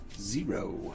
Zero